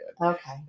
okay